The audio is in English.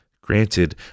Granted